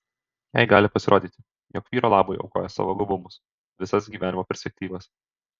jai gali pasirodyti jog vyro labui aukoja savo gabumus visas gyvenimo perspektyvas